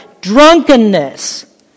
drunkenness